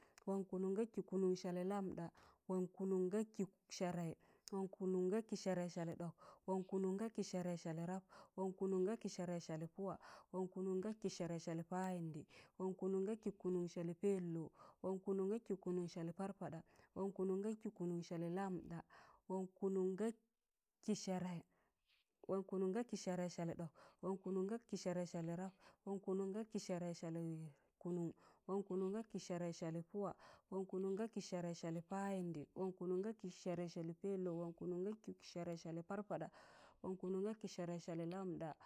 wọn kụnụn ga kị kịkụnụn salị lamda, wọn kụnụn ga kị sẹrẹị, wọn kụnụn ga kị sẹrẹị salị ɗọk, wọn kụnụn ga kị sẹrẹị salị rap, wọn kụnụn ga kị sẹrẹị salị pụwa, wọn kụnụn ga kị sẹrẹị salị payịndị, wọn kụnụn ga kị kụnụn ga kị kụnụn salị pẹlọụ, wọn kụnụn ga kị kụnụn salị parpaɗa, wọn kụnụn ga kị kụnụn salị lamɗa, wọn kụnụn ga kị sẹrẹị, wọn kụnụn ga kị sẹrẹị salị ɗọk, wọn kụnụn ga kị sẹrẹị salị rap, wọn kụnụn ga kị sẹrẹị salị kụnụn, wọn kụnụn ga kị sẹrẹị salị pụwa, wọn kụnụn ga kị serei salị payịndị, wọn kụnụn ga kị sẹrẹị salị pẹlọụ, wọn kụnụn ga kị sẹrẹị salị parpaɗa, wọn kụnụn ga kị sẹrẹị salị lamɗa.